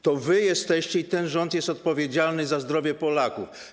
To wy jesteście - i ten rząd - odpowiedzialni za zdrowie Polaków.